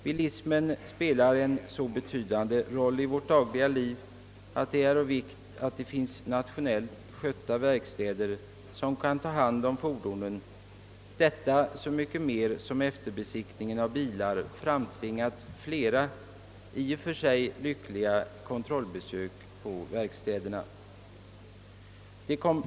Bilismen spelar emellertid en så betydande roll i vårt dagliga liv, att det är av vikt att det finns rationellt skötta verkstäder som kan ta hand om fordonen; detta så mycket mer som efterbesiktningen av bilar framtvingat flera — i och för sig lyckliga — kontrollbesök på verkstäderna.